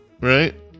right